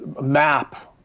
map